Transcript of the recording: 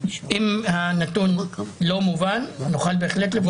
אם הנתון לא מובן, נוכל בהחלט לברר.